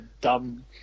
dumb